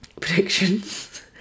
predictions